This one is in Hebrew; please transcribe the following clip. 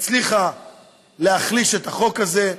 הצליחה להחליש את החוק הזה,